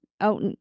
out